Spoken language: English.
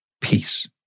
peace